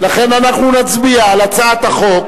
ולכן נצביע על הצעת החוק